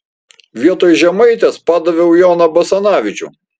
vietoj žemaitės padaviau joną basanavičių